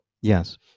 yes